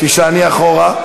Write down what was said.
תישעני אחורה.